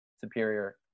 superior